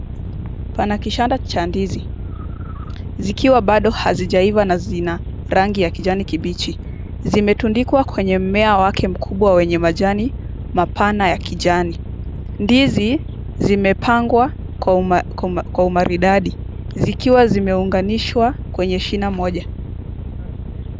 Pana kishanda cha ndizi zikiwa bado hazijaiva na rangi ya kijani kibichi, zimetundikwa kwenye mmea wake mkubwa wenye majani mapana ya kijani ndizi zimepangwa kwa umaridadi zikiwa zimeunganishwa kwenye shina mmoja.